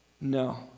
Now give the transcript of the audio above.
No